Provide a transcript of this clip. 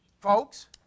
folks